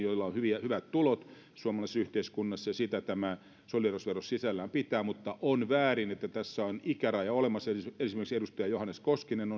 joilla on hyvät tulot osallistuvat talkoisiin suomalaisessa yhteiskunnassa sitä tämä solidaarisuusvero sisällään pitää mutta on väärin että tässä on ikäraja olemassa esimerkiksi edustaja johannes koskinen